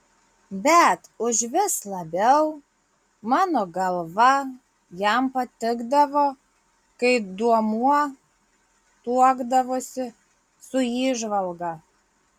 bet užvis labiau mano galva jam patikdavo kai duomuo tuokdavosi su įžvalga